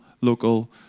local